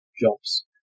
jobs